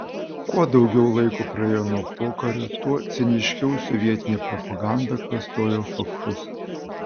kuo daugiau laiko praėjo nuo pokario tuo ciniškiau sovietinė propaganda klastojo faktus